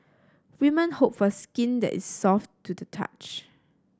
women hope for skin that is soft to the touch